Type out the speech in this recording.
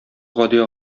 гади